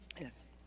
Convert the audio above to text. Yes